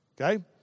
okay